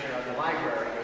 library